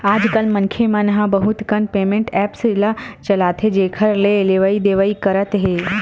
आजकल मनखे मन ह बहुत कन पेमेंट ऐप्स ल चलाथे जेखर ले लेवइ देवइ करत हे